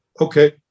okay